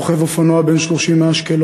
רוכב אופנוע בן 30 מאשקלון,